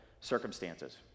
circumstances